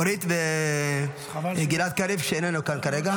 אורית וגלעד קריב, שאיננו כאן כרגע.